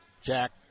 Jack